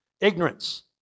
Ignorance